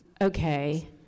Okay